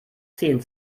zehn